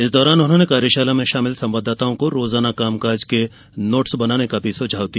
इस दौरान उन्होंने कार्यशाला में शामिल संवाददाताओं को रोजाना कामकाज के नोट्स बनाने का भी सुझाव दिया